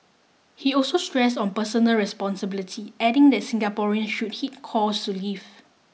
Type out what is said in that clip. he also stressed on personal responsibility adding that Singaporean should heed calls to leave